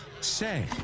Say